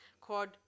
called